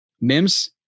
Mims